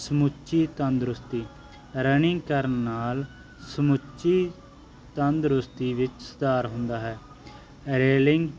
ਸਮੁੱਚੀ ਤੰਦਰੁਸਤੀ ਰਨਿੰਗ ਕਰਨ ਨਾਲ ਸਮੁੱਚੀ ਤੰਦਰੁਸਤੀ ਵਿੱਚ ਸੁਧਾਰ ਹੁੰਦਾ ਹੈ ਰੇਲਿੰਗ